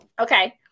Okay